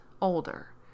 older